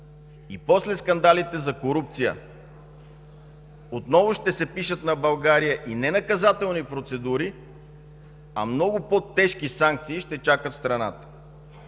После скандалите за корупция отново ще се пишат на България и не наказателни процедури, а много по-тежки санкции ще чакат страната.